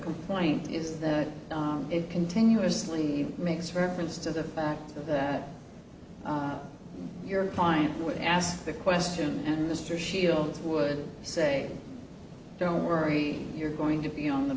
complaint is that it continuously makes reference to the fact that your client would ask the question and mr shields would say don't worry you're going to be on the